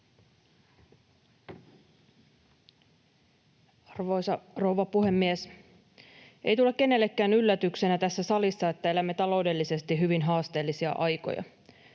Arvoisa rouva puhemies! Ei tule kenellekään yllätyksenä tässä salissa, että elämme taloudellisesti hyvin haasteellisia aikoja.